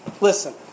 Listen